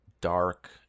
dark